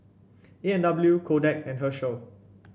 A and W Kodak and Herschel